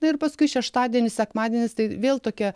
ir paskui šeštadienis sekmadienis tai vėl tokie